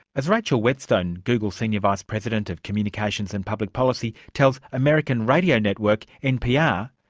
as rachel whetstone, google senior vice-president of communications and public policy tells american radio network npr,